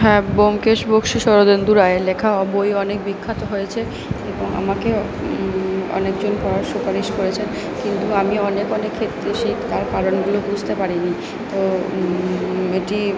হ্যাঁ ব্যোমকেশ বক্সী শরদিন্দু রায়ের লেখা বই অনেক বিখ্যাত হয়েছে এবং আমাকে অনেকজন পড়ার সুপারিশ করেছেন কিন্তু আমি অনেক অনেক ক্ষেত্রে সেই তার কারণগুলো বুঝতে পারি নি তো এটি